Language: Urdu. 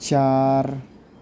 چار